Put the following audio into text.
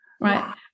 right